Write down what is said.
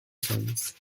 sons